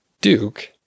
Duke